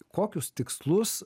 kokius tikslus